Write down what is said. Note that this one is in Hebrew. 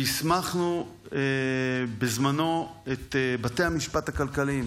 והסמכנו בזמנו את בתי המשפט הכלכליים